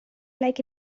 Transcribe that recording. like